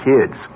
kids